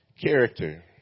character